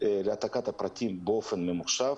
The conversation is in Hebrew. להעתקת הפרטים באופן ממוחשב,